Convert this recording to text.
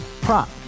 Prop